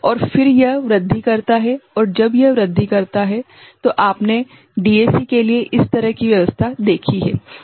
और फिर यह वृद्धि करता है और जब यह वृद्धि करता है तो आपने डीएसी के लिए इस तरह की व्यवस्था देखी है